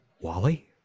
Wally